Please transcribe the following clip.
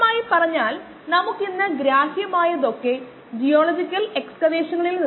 അതിനാൽ ആവശ്യമുള്ള ഏത് സാഹചര്യത്തിലും ഇത് ഉപയോഗിക്കുന്നത് എളുപ്പമാകും ആവശ്യമുള്ള ഏത് സാഹചര്യത്തിലും